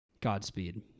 Godspeed